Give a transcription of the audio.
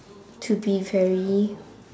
to be very